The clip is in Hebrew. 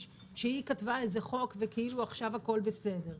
שהיא כתבה איזה חוק וכאילו עכשיו הכול בסדר.